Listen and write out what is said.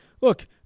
look